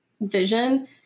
vision